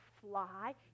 fly